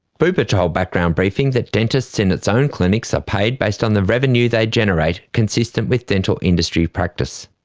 bupa told background briefing that dentists in its own clinics are paid based on the revenue they generate, consistent with dental industry practice.